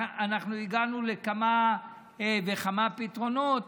אנחנו הגענו לכמה וכמה פתרונות,